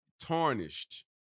tarnished